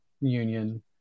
Union